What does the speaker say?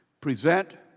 present